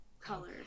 color